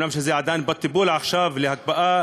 אומנם זה עדיין בטיפול עכשיו להקפאה,